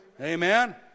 Amen